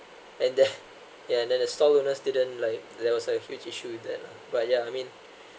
and that yeah and then a stall owners didn't like there was a huge issue with that ah but yeah I mean